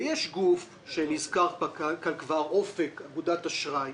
ויש גוף שנזכר כאן כבר, "אופק אגודת אשראי",